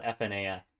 FNAF